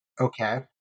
Okay